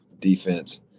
defense